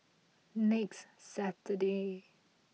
next Saturday